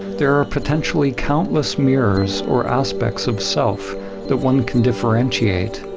there are potentially countless mirrors or aspects of self that one can differentiate,